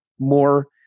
more